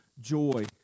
joy